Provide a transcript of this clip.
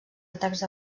atacs